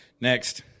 Next